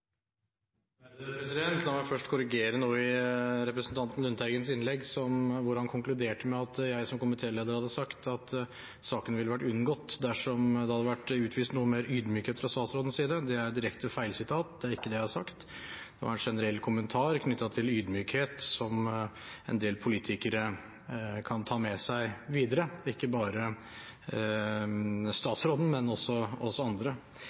Lundteigens innlegg, hvor han konkluderte med at jeg som komitéleder hadde sagt at saken ville vært unngått dersom det hadde vært utvist noe mer ydmykhet fra statsrådens side. Det er direkte feilsitat. Det er ikke det jeg har sagt. Det var en generell kommentar knyttet til ydmykhet som en del politikere kan ta med seg videre – ikke bare statsråden, men også vi andre.